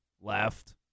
Left